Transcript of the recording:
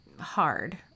hard